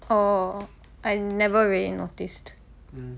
oh I never really noticed